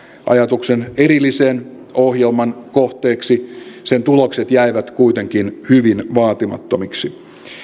ajatuksen erillisen ohjelman kohteeksi sen tulokset jäivät kuitenkin hyvin vaatimattomiksi